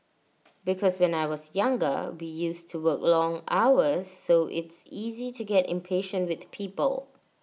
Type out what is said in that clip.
because when I was younger we used to work long hours so it's easy to get impatient with people